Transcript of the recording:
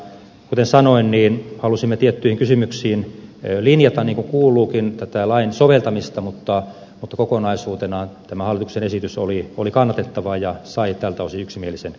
kuten sanoin halusimme tietyissä kysymyksissä linjata niin kuin kuulukin tätä lain soveltamista mutta kokonaisuutena tämä hallituksen esitys oli kannatettava ja sai tältä osin yksimielisen käsittelyn